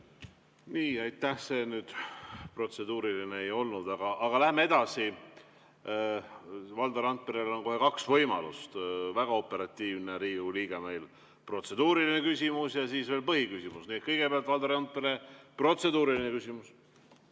vaja. Aitäh! See nüüd protseduuriline ei olnud, aga lähme edasi. Valdo Randperel on kohe kaks võimalust, väga operatiivne Riigikogu liige meil. Protseduuriline küsimus ja siis veel põhiküsimus. Kõigepealt, Valdo Randpere, protseduuriline küsimus.